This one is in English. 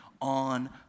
on